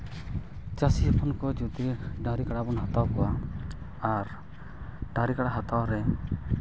ᱪᱟᱹᱥᱤ ᱦᱚᱯᱚᱱ ᱠᱚ ᱡᱩᱫᱤ ᱰᱟᱹᱝᱨᱤ ᱠᱟᱰᱟ ᱵᱚᱱ ᱦᱟᱛᱟᱣ ᱠᱚᱣᱟ ᱟᱨ ᱰᱟᱹᱝᱨᱤ ᱠᱟᱬᱟ ᱦᱟᱛᱟᱣ ᱨᱮ